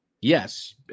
Yes